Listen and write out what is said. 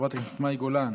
חברת הכנסת מאי גולן,